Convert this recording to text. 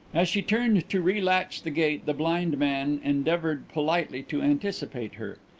as she turned to relatch the gate the blind man endeavoured politely to anticipate her.